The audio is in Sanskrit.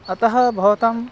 अतः भवताम्